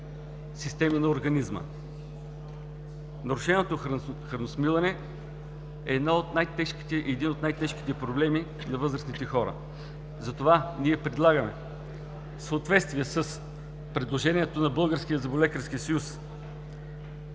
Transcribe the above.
системи на организма. Нарушеното храносмилане е един от най-тежките проблеми на възрастните хора. Затова ние предлагаме в съответствие с предложението на Българския зъболекарски съюз